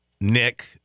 Nick